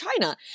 China